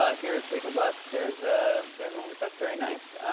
ah here to take a look. there's ah there's one we took, very nice,